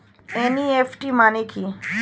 NEFT মানে কি?